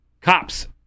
cops